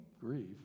grieve